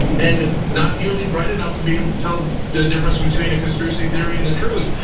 and not nearly bright enough to be able to tell the difference between a conspiracy theory and the truth.